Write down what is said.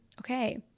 okay